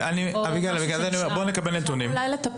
נקבל נתונים.